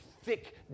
thick